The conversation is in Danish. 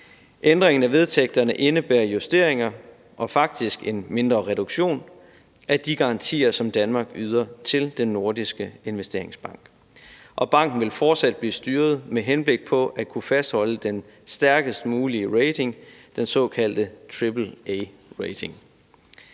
Ændringen af vedtægterne indebærer justeringer og faktisk en mindre reduktion af de garantier, som Danmark yder til Den Nordiske Investeringsbank. Og banken vil fortsat blive styret med henblik på at kunne fastholde den stærkest mulige rating, den såkaldte triple-A-rating.